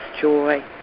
joy